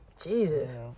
Jesus